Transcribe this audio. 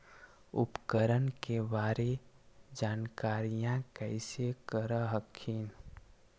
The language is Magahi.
उपकरण के बारे जानकारीया कैसे कर हखिन?